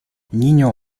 niño